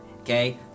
Okay